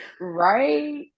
Right